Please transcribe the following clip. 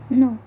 no